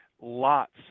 lots